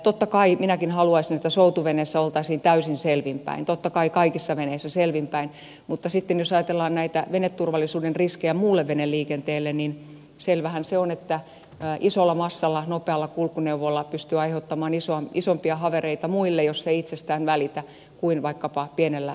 totta kai minäkin haluaisin että soutuveneessä oltaisiin täysin selvin päin totta kai kaikissa veneissä selvin päin mutta sitten jos ajatellaan näitä veneturvallisuuden riskejä muulle veneliikenteelle niin selvähän se on että isolla massalla nopealla kulkuneuvolla pystyy aiheuttamaan isompia havereita muille jos ei itsestään välitä kuin vaikkapa pienellä soutuveneellä